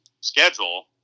schedule